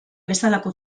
bezalako